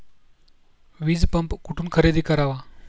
वीजपंप कुठून खरेदी करावा?